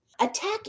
Attack